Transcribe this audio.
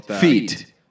feet